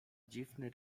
dziwny